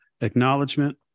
acknowledgement